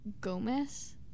Gomez